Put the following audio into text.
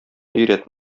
өйрәт